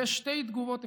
יש שתי תגובות אפשריות.